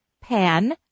Pan